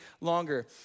longer